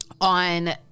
on